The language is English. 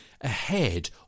ahead